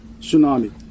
tsunami